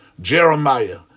Jeremiah